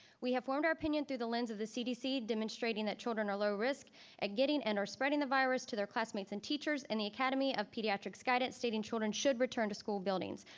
we have formed our opinion through the lens of the cdc, demonstrating that children are low risk at getting and or spreading the virus to their classmates and and teachers and the academy of pediatrics' guidance stating children should return to school buildings.